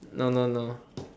no no no